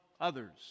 others